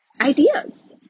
ideas